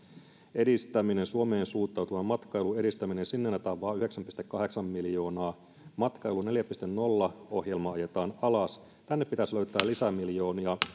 edistäminen suomeen suuntautuvan matkailun edistäminen sinne annetaan vain yhdeksän pilkku kahdeksan miljoonaa matkailu neljä piste nolla ohjelma ajetaan alas tänne pitäisi löytää lisämiljoonia